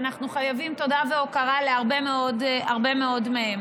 ואנחנו חייבים תודה והוקרה להרבה מאוד מהם.